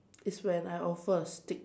is when I offer a stick